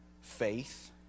Faith